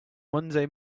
monday